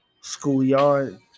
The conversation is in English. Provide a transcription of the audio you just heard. schoolyard